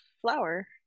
flower